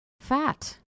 fat